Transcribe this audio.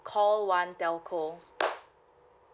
call one telco